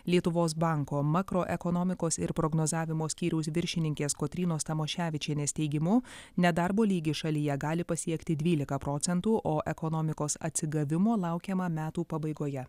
lietuvos banko makroekonomikos ir prognozavimo skyriaus viršininkės kotrynos tamoševičienės teigimu nedarbo lygį šalyje gali pasiekti dvylika procentų o ekonomikos atsigavimo laukiama metų pabaigoje